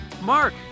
mark